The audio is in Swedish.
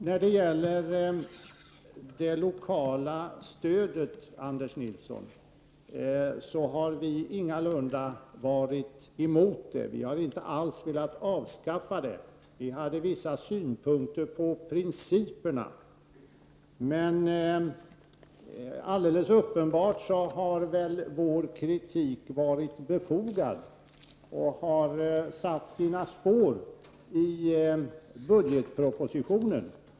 När det gäller det lokala stödet, Anders Nilsson, har vi ingalunda varit motståndare till det. Vi har inte alls velat avskaffa det. Vi hade vissa synpunkter på principerna. Men alldeles uppenbart har vår kritik varit befogad och satt sina spår i budgetpropositionen.